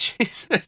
Jesus